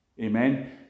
amen